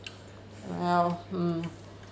ya hmm